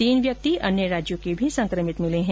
तीन व्यक्ति अन्य राज्यों के भी संक्रमित मिले है